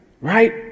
right